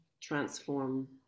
transform